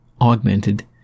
augmented